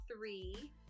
three